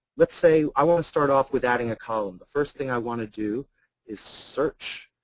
let's say i want to start off with adding a column. the first thing i want to do is search.